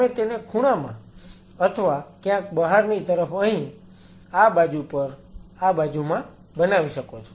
તમે તેને ખૂણામાં અથવા ક્યાંક બહારની તરફ અહી આ બાજુ પર આ બાજુમાં બનાવી શકો છો